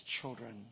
children